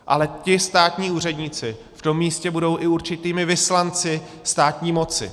Ale ti státní úředníci v tom místě budou i určitými vyslanci státní moci.